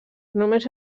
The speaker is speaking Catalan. només